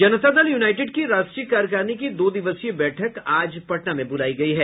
जनता Dal United की राष्ट्रीय कार्यकारिणी की दो दिवसीय बैठक आज पटना में बुलाई गई है